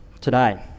today